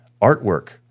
artwork